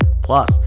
plus